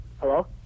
Hello